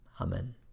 Amen